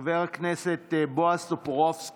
חבר הכנסת עודה, פתחת אולפן